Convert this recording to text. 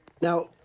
Now